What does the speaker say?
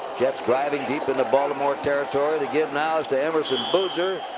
jets driving deep into baltimore territory. the give now is to emerson boozer.